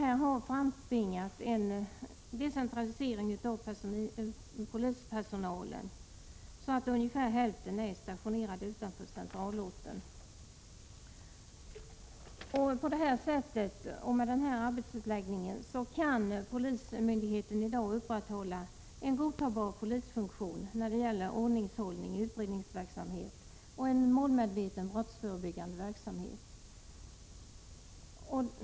Detta har framtvingat en decentralisering av polispersonalen, så att ungefär hälften är stationerad utanför centralorten. Med den arbetsuppläggningen kan polismyndigheten i dag upprätthålla en godtagbar polisfunktion när det gäller ordningshållning, utredningsverksamhet och en målmedveten brottsförebyggande verksamhet.